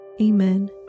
Amen